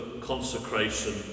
consecration